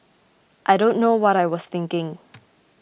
I don't know what I was thinking